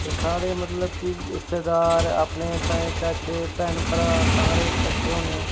ते साढ़े मतलब कि रिश्तेदार अपने ताए चाचे अपने भैन भ्राऽ सारे कट्ठे होने